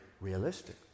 realistic